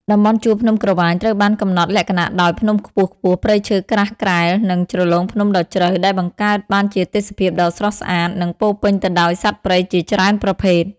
តំបន់ជួរភ្នំក្រវាញត្រូវបានកំណត់លក្ខណៈដោយ ភ្នំខ្ពស់ៗ ព្រៃឈើក្រាស់ក្រែល និងជ្រលងភ្នំដ៏ជ្រៅ ដែលបង្កើតបានជាទេសភាពដ៏ស្រស់ស្អាត និងពោរពេញទៅដោយសត្វព្រៃជាច្រើនប្រភេទ។